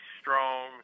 strong